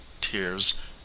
tears